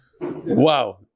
Wow